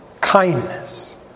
kindness